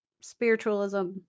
spiritualism